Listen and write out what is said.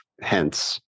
hence